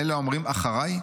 מאלה האומרים 'אחרי!'